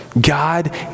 God